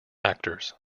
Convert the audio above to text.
actors